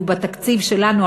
ובתקציב שלנו,